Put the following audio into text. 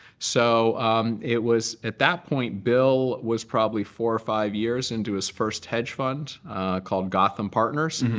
so it was at that point bill was probably four or five years into his first hedge fund called gotham partners.